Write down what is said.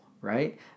right